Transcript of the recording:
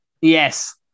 Yes